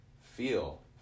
feel